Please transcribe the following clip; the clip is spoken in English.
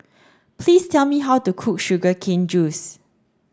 please tell me how to cook sugar cane juice